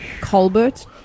Colbert